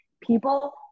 people